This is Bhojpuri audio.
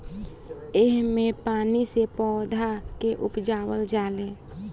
एह मे पानी से पौधा के उपजावल जाले